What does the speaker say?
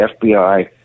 FBI